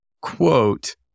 quote